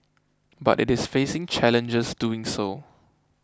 but it is facing challenges doing so